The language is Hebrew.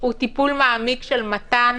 הוא טיפול מעמיק של מתן